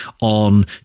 on